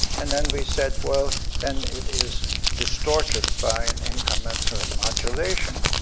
and then we said, well, then it is distorted by an incommensurate modulation,